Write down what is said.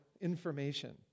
information